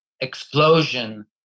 explosion